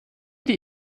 die